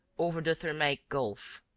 over the thermaic gulf.